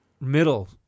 Middle